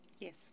Yes